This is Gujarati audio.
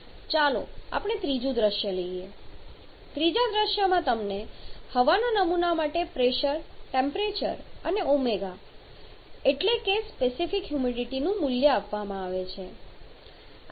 ચાલો આપણે ત્રીજું દૃશ્ય લઈએ ત્રીજા દૃશ્યમાં તમને હવાના નમૂના માટે પ્રેશર ટેમ્પરેચર અને ω એટલે કે સ્પેસિફિક હ્યુમિડિટીનું મૂલ્ય આપવામાં આવે છે